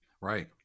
Right